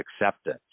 acceptance